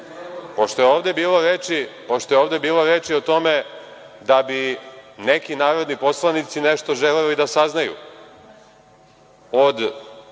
Pošto je ovde bilo reči o tome da bi neki narodni poslanici nešto želeli da saznaju